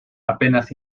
apenas